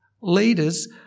Leaders